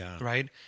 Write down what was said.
right